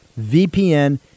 VPN